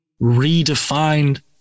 redefined